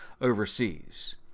overseas